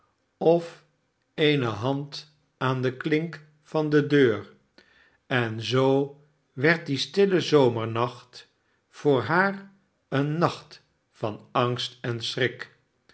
of eene hand aan de klink van de deur en zoo werd die stille zomernacht voor haar een nacht van angst en schnk